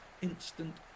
instant